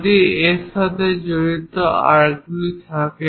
যদি এর সাথে জড়িত আর্কগুলি থাকে